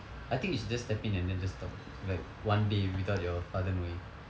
I think you should just step in and then just talk like one day without your father knowing